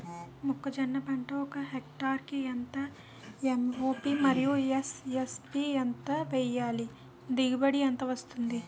మొక్కజొన్న పంట ఒక హెక్టార్ కి ఎంత ఎం.ఓ.పి మరియు ఎస్.ఎస్.పి ఎంత వేయాలి? దిగుబడి ఎంత వస్తుంది?